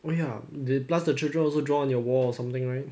oh ya plus the children also draw on your wall or something right